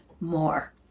more